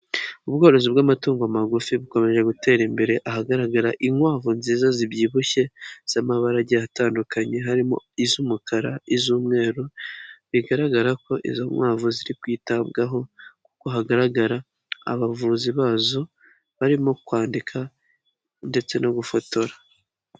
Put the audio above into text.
Ubworozi bw'amatungo magufi bukomeje gutera imbere ahagaragara inkwavu nziza zibyibushye z'amabara agiye atandukanye harimo iz'umukara, iz'umweru, bigaragara ko izo nkwavu ziri kwitabwaho kuko hagaragara abavuzi bazo barimo kwandika ndetse no gufotora.